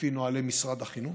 לפי נוהלי משרד החינוך.